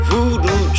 Voodoo